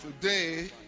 Today